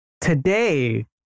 Today